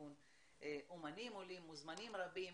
אמנים עולים ומוזמנים רבים.